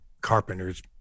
carpenters